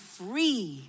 free